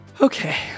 Okay